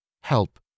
Help